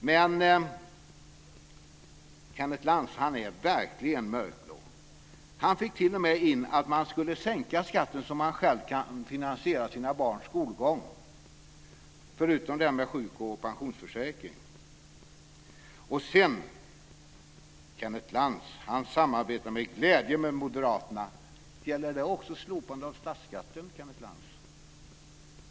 Men Kenneth Lantz är verkligen mörkblå. Han sade t.o.m. att skatten skulle sänkas så att man själv kan finansiera sina barns skolgång - förutom detta med sjuk och pensionsförsäkring. Sedan samarbetar Kenneth Lantz med glädje med moderaterna. Gäller det också slopandet av den statliga skatten?